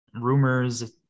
rumors